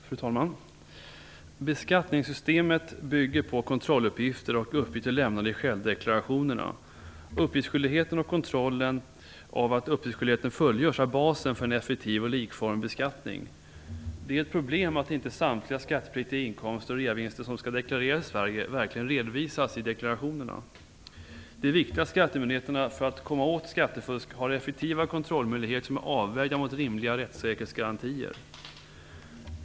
Fru talman! Beskattningssystemet bygger på kontrolluppgifter och uppgifter lämnade i självdeklarationerna. Uppgiftsskyldigheten och kontrollen av att den fullgörs är basen för en effektiv och likformig beskattning. Det är ett problem att inte samtliga skattepliktiga inkomster och reavinster som skall deklareras i Sverige verkligen redovisas i deklarationerna. Det är viktigt att skattemyndigheterna för att komma åt skattefusk har effektiva kontrollmöjligheter som är avvägda mot rimliga rättssäkerhetsgarantier.